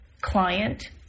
client